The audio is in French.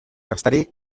installés